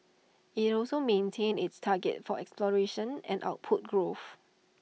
IT also maintained its targets for exploration and output growth